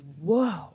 Whoa